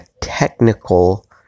technical